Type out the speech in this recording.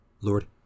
Lord